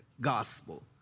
gospel